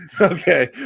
Okay